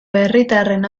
herritarren